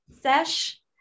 sesh